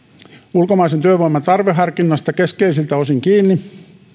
ulkomaisen työvoiman tarveharkinnasta keskeisiltä osin kiinni